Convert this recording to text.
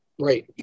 Right